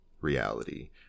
reality